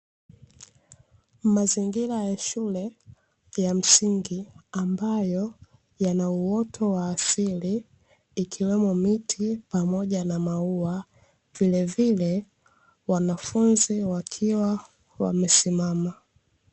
Mazingira ya shule ya msingi ambayo ya nauoto wa asili, ikiwemo miti pamoja na maua, vilevile wanafunzi wakiwa wamesimama.